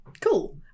Cool